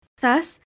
Thus